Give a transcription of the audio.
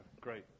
great